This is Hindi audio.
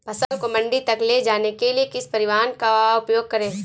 फसल को मंडी तक ले जाने के लिए किस परिवहन का उपयोग करें?